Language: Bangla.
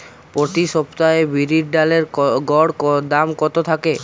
প্রতি সপ্তাহে বিরির ডালের গড় দাম কত থাকে?